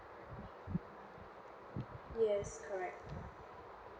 yes correct